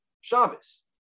Shabbos